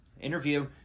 interview